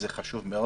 זה חשוב מאוד.